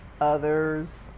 others